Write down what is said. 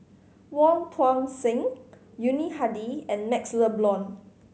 Wong Tuang Seng Yuni Hadi and MaxLe Blond